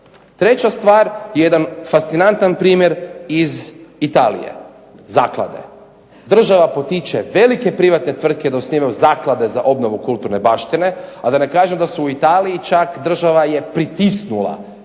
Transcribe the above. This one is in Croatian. Treća stvar jedan fascinantan primjer iz Italije. Zaklade. Država potiče velike privatne tvrtke da osnivaju zaklade za obnovu kulturne baštine, a da ne kažem da su u Italiji čak, država je pritisnula